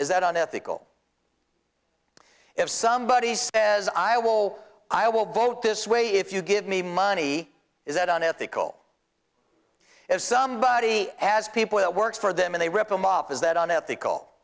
is that an ethical if somebody says i will i will vote this way if you give me money is that an ethical if somebody has people that work for them and they rip them off is that an ethical